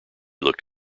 looked